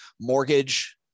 mortgage